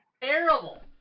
terrible